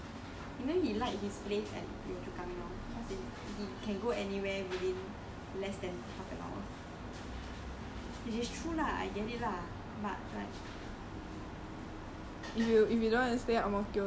ang mo kio is central and he likes central you know he likes his place at yio chu kang now cause he he can go anywhere within less half an hour which is true lah I get it lah but like